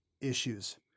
issues